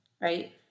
right